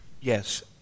yes